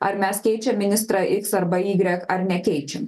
ar mes keičiam ministrą x arba y ar nekeičiam